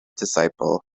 disciple